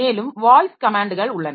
மேலும் வாய்ஸ் கமேன்ட்கள் உள்ளன